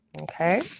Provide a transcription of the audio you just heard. Okay